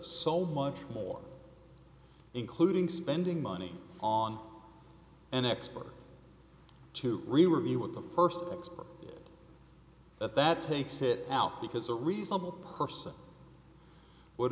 so much more including spending money on an expert to review what the first expert but that takes it out because a reasonable person would